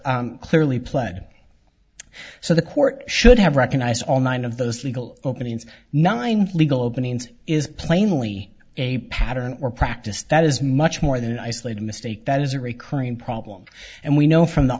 clearly pled so the court should have recognized all nine of those legal openings nine legal openings is plainly a pattern or practice that is much more than an isolated mistake that is a recurring problem and we know from the